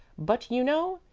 but, you know,